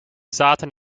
zaten